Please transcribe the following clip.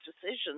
decisions